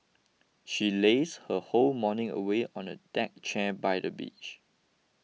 she lazed her whole morning away on a deck chair by the beach